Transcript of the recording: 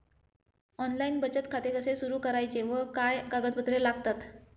Online बचत खाते कसे सुरू करायचे व काय कागदपत्रे लागतात?